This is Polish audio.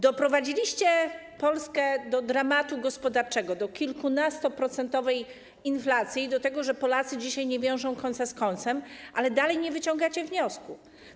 Doprowadziliście Polskę do dramatu gospodarczego, do kilkunastoprocentowej inflacji, do tego, że Polacy dzisiaj nie wiążą końca z końcem, i dalej nie wyciągacie wniosków.